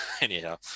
Anyhow